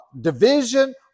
division